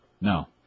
No